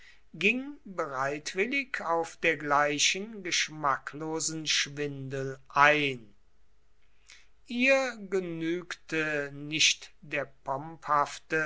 ging bereitwillig auf dergleichen geschmacklosen schwindel ein ihr genügte nicht der